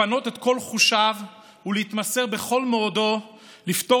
לפנות את כל חושיו ולהתמסר בכל מאודו לפתור